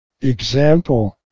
Example